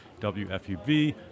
WFUV